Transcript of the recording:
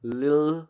lil